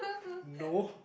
no